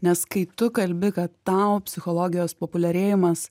nes kai tu kalbi kad tau psichologijos populiarėjimas